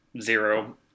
zero